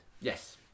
yes